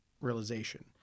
realization